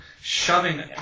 shoving